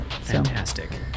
Fantastic